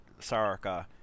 Saraka